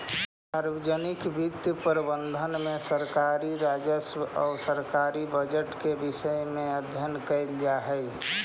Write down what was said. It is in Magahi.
सार्वजनिक वित्तीय प्रबंधन में सरकारी राजस्व आउ सरकारी बजट के विषय में अध्ययन कैल जा हइ